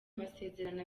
amasezerano